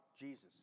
Jesus